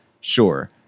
sure